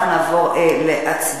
אנחנו נעבור להצבעה.